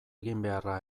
eginbeharra